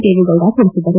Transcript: ದೇವೇಗೌಡ ತಿಳಿಸಿದರು